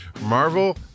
Marvel